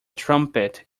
trumpet